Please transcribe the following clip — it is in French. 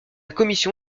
commission